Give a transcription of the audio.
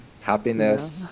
happiness